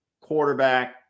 quarterback